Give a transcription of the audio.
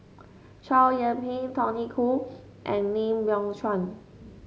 Chow Yian Ping Tony Khoo and Lim Biow Chuan